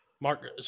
Mark